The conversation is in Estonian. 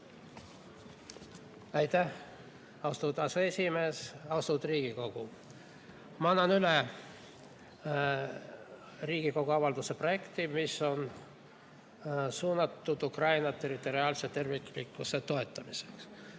Aitäh, austatud aseesimees! Austatud Riigikogu! Ma annan üle Riigikogu avalduse projekti, mis on suunatud Ukraina territoriaalse terviklikkuse toetamisele.